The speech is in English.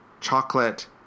chocolate